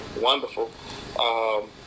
wonderful